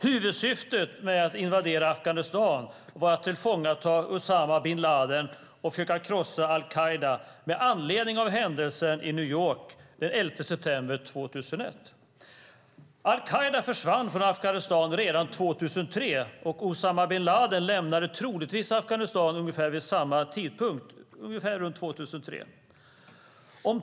Huvudsyftet med att invadera Afghanistan var att tillfångata Usama bin Ladin och försöka krossa al-Qaida med anledning av händelsen i New York den 11 september 2001. Al-Qaida försvann från Afghanistan redan 2003, och Usama bin Ladin lämnade troligtvis Afghanistan vid ungefär samma tidpunkt, runt 2003.